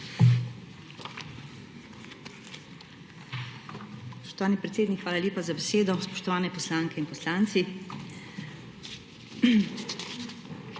Hvala